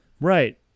Right